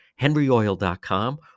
henryoil.com